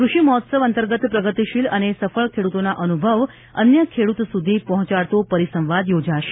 કૃષિ મહોત્સવ અંતર્ગત પ્રગતિશીલ અને સફળ ખેડૂતોના અનુભવ અન્ય ખેડૂત સુધી પહોંચાડતો પરિસંવાદ યોજાશે